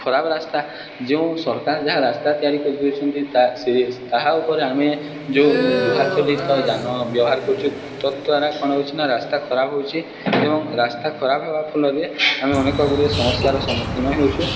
ଖରାପ ରାସ୍ତା ଯେଉଁ ସରକାର ଯାହା ରାସ୍ତା ତିଆରି କରିଦେଉଛନ୍ତି ତା ସେ ତାହା ଉପରେ ଆମେ ଯୋଉଁ ଲୁହା ଚଲିତ ଯାନ ବ୍ୟବହାର କରୁଛୁ ତଦ୍ଵାରା କ'ଣ ହେଉଛି ନା ରାସ୍ତା ଖରାପ ହେଉଛି ଏବଂ ରାସ୍ତା ଖରାପ ହେବାର ଫଳରେ ଆମେ ଅନେକଗୁଡ଼ିଏ ସମସ୍ୟାର ସମ୍ମୁଖୀନ ହେଉଛୁ